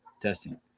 testing